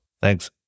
Thanks